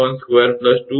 12 2